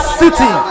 city